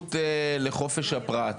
הרגישות לחופש הפרט,